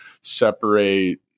separate